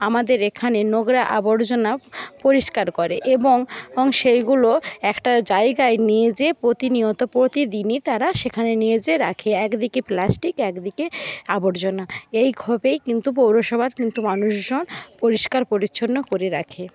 আমাদের এখানে নোংরা আবর্জনা পরিষ্কার করে এবং সেইগুলো একটা জায়গায় নিয়ে যেয়ে প্রতিনিয়ত প্রতিদিনই তারা সেখানে নিয়ে যেয়ে রাখে একদিকে প্লাস্টিক একদিকে আবর্জনা এইভাবেই কিন্তু পৌরসভার কিন্তু মানুষজন পরিষ্কার পরিচ্ছন্ন করে রাখে